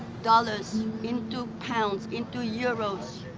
dollars, into pounds, into euros.